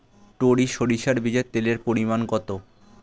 টরি সরিষার বীজে তেলের পরিমাণ কত?